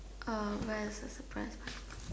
uh where is the surprise